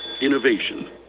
innovation